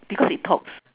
because it talks